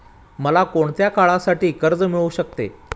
मला कोणत्या काळासाठी कर्ज मिळू शकते?